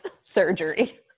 surgery